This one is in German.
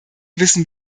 wissen